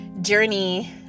journey